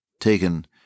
taken